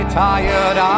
tired